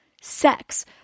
Sex